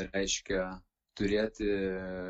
reiškia turėti